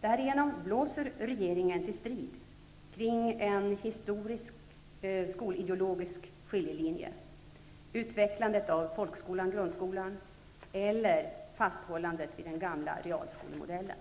Därigenom blåser regeringen till strid kring en historisk skolideologisk skiljelinje: utvecklandet av folkskolan/grundskolan eller fasthållandet vid den gamla realskolemodellen.